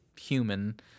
human